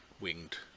winged